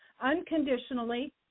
unconditionally